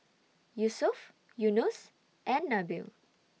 Yusuf Yunos and Nabil